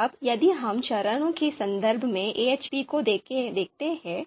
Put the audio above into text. अब यदि हम चरणों के संदर्भ में AHP को देखते हैं